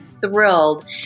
thrilled